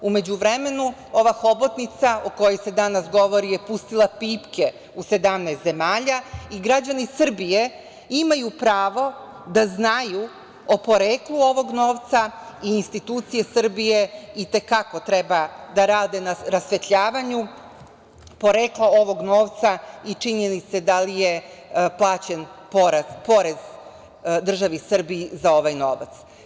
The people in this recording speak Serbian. U međuvremenu, ova hobotnica o kojoj se danas govori je pustila pipke u 17 zemalja i građani Srbije imaju pravo da znaju o poreklu ovog novca, i institucije Srbije i te kako treba da rade na rasvetljavanju porekla ovog novca i činjenice da li je plaćen porez državi Srbiji za ovaj novac.